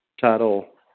title